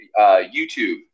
YouTube